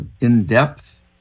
in-depth